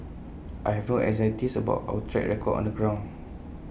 I have no anxieties about our track record on the ground